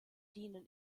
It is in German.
dienen